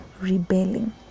rebelling